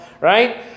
right